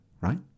right